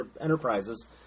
enterprises